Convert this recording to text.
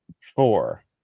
four